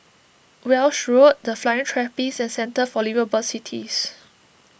Walshe Road the Flying Trapeze and Centre for Liveable Cities